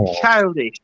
childish